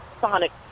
Sonic